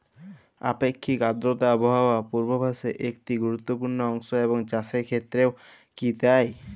আপেক্ষিক আর্দ্রতা আবহাওয়া পূর্বভাসে একটি গুরুত্বপূর্ণ অংশ এবং চাষের ক্ষেত্রেও কি তাই?